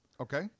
Okay